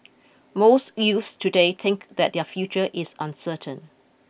most youths today think that their future is uncertain